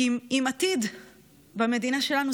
עם עתיד במדינה שלנו.